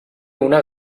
una